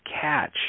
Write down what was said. catch